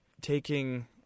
taking